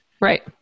right